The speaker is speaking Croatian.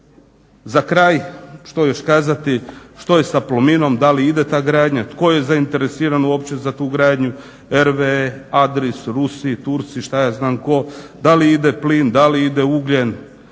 Za kraj što još kazati. Što je sa Plominom da li ide ta gradnja, tko je zainteresiran uopće za tu gradnju, RVE, Adris, Rusi, Turci, šta ja znam tko. Da li ide plin, da li ide ugljen,